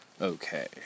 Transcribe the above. Okay